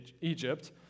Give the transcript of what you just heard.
Egypt